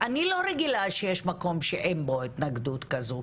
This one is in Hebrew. אני לא רגילה שיש מקום שאין בו התנגדות כזו.